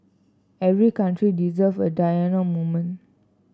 every country deserve a Diana moment